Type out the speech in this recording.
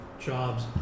jobs